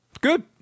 good